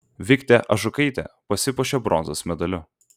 viktė ažukaitė pasipuošė bronzos medaliu